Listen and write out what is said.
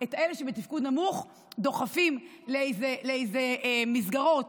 את אלה שבתפקוד נמוך דוחפים לאיזה מסגרות,